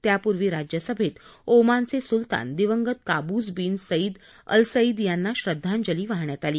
त्यापूर्वी राज्यसभेत ओमानचे सुलतान दिवंगत कावूस बिन सईद अलसईद यांना श्रद्वांजली वाहण्यात आली